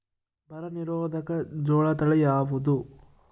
ಬರ ನಿರೋಧಕ ಜೋಳ ತಳಿ ಯಾವುದು?